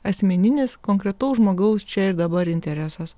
asmeninis konkretaus žmogaus čia ir dabar interesas